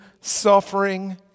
suffering